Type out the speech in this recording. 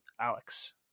Alex